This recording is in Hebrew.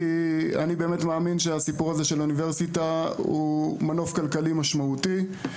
כי אני באמת מאמין שהסיפור הזה של האוניברסיטה הוא מנוף כלכלי משמעותי.